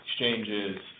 exchanges